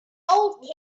old